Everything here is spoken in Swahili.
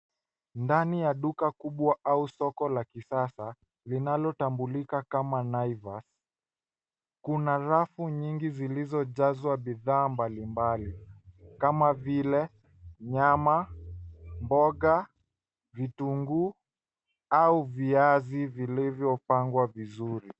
Ndani ya duka kubwa au soko la kisasa, linalotambulika kama Naivas. Kuna rafu nyingi zilizojazwa bidhaa mbali mbali, kama vile nyama, mboga, vitunguu, au viazi vilivyopangwa vizuri.